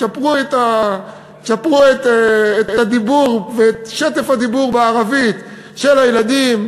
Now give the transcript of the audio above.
תשפרו את הדיבור ואת שטף הדיבור בערבית של הילדים.